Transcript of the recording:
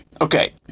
Okay